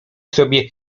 sobie